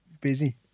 busy